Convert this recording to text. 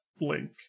Link